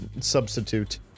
substitute